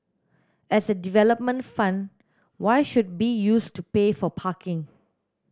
as a development fund why should be used to pay for parking